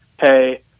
Hey